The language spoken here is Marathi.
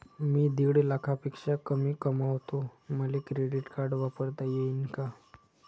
मी दीड लाखापेक्षा कमी कमवतो, मले क्रेडिट कार्ड वापरता येईन का?